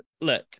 look